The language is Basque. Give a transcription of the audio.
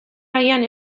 agian